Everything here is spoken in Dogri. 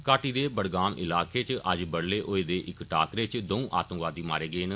घाटी दे बडगाम इलाके च अज्ज बड्डलै होए दे इक टाक्करे च दौं आतंकवादी मारे गे न